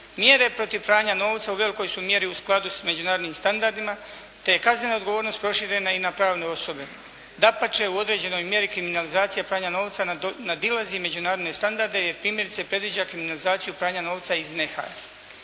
«Mjere protiv pranja novca u velikoj su mjeri u skladu s međunarodnim standardima te je kaznena odgovornost proširena i na pravne osobe. Dapače u određenoj mjeri kriminalizacija pranja novca nadilazi međunarodne standarde jer primjerice predviđa kriminalizaciju pranja novca iz